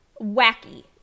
wacky